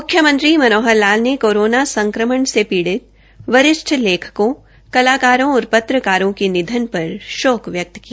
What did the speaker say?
म्ख्यमंत्री मनोहर लाल ने कोरोना संक्रमण से पीडि़त वरिष्ठ लेखकों कलाकारों और पत्रकारों के निधन पर शोक व्यक्त किया